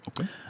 Okay